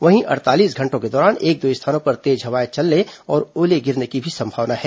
वहीं अड़तालीस घंटों के दौरान एक दो स्थानों पर तेज हवाएं चलने और ओले गिरने की भी संभावना है